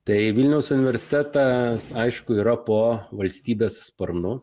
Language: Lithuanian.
tai vilniaus universitetas aišku yra po valstybės sparnu